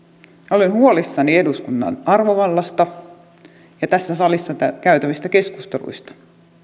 olen huolissani eduskunnan arvovallasta ja tässä salissa käytävistä keskusteluista